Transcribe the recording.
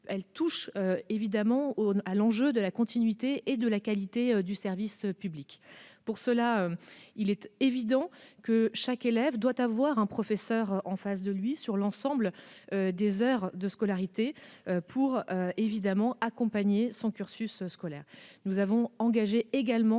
a trait évidemment à la continuité et à la qualité du service public. Pour cela, il est évident que chaque élève doit avoir un professeur en face de lui, pour l'ensemble de ses heures de cours, afin d'accompagner son cursus scolaire. Nous avons également